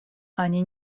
они